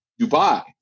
Dubai